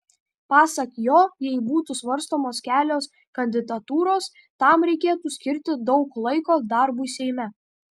pasak jo jei būtų svarstomos kelios kandidatūros tam reikėtų skirti daug laiko darbui seime